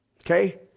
Okay